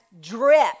drip